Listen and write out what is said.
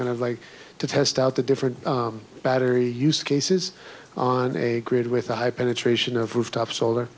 kind of like to test out the different battery use cases on a grid with a high penetration of rooftop solar